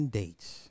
dates